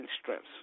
strengths